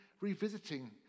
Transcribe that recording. Revisiting